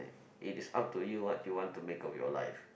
it is up to you what you want to make of your life